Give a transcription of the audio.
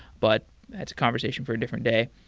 but that's a conversation for a different day.